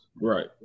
right